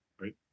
right